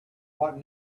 what